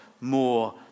more